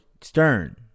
Stern